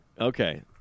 okay